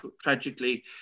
tragically